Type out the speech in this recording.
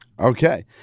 Okay